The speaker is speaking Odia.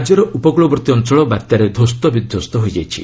ରାଜ୍ୟର ଉପକୃଳବର୍ତ୍ତୀ ଅଞ୍ଚଳ ବାତ୍ୟାରେ ଧ୍ୱସ୍ତବିଧ୍ୱସ୍ତ ହୋଇଯାଇଛି